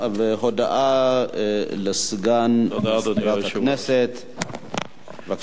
הודעה לסגן מזכירת הכנסת, בבקשה.